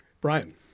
Brian